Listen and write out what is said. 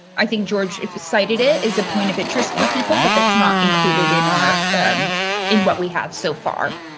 i think george, if excited it is a point of interest for people, but that's not included in our in what we have. so far.